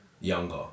Younger